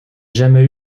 jamais